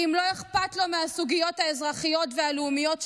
אם לא אכפת לו מהסוגיות האזרחיות והלאומיות,